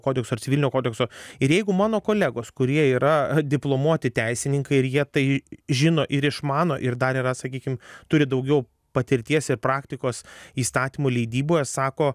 kodekso ar civilinio kodekso ir jeigu mano kolegos kurie yra diplomuoti teisininkai ir jie tai žino ir išmano ir dar yra sakykim turi daugiau patirties ir praktikos įstatymų leidyboje sako